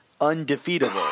undefeatable